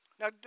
Now